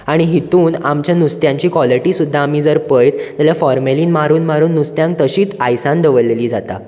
आनी हितूंत आमच्या नुस्त्याची कॉलीटी सुद्दां आमी जर पयत जाल्यार फॉर्मेलीन मारून मारून नुस्त्यांक तशींच आयसांत दवरलेली जाता